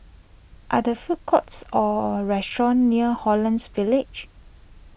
are there food courts or restaurants near Holland Village